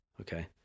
okay